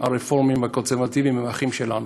הרפורמים והקונסרבטיבים הם האחים שלנו,